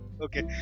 Okay